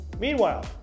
Meanwhile